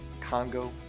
Congo